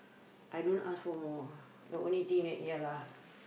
I don't ask for more ah the only thing that ya lah